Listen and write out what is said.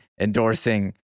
endorsing